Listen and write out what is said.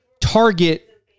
target